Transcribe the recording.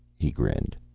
he grinned.